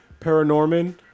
Paranorman